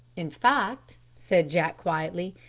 in fact, said jack quietly,